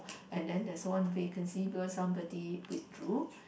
and then there's one vacancy because somebody withdrew